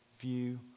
view